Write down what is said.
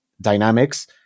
dynamics